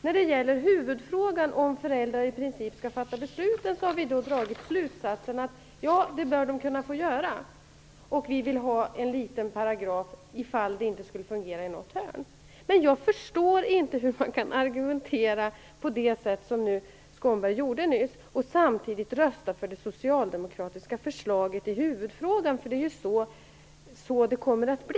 När det gäller huvudfrågan, om föräldrar i princip skall fatta besluten, har vi dragit slutsatsen att de bör få göra det, och vi vill ha en liten paragraf om det inte skulle fungera i något hörn. Jag förstår inte hur man kan argumentera på det sätt som Tuve Skånberg gjorde nyss och samtidigt rösta för det socialdemokratiska förslaget i huvudfrågan. Det är ju så det kommer att bli.